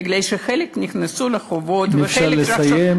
בגלל שחלק נכנסו לחובות וחלק רכשו דירות --- אם אפשר לסיים.